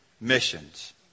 missions